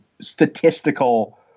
Statistical –